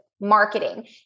marketing